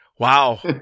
Wow